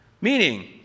Meaning